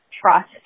trust